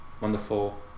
wonderful